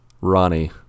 Ronnie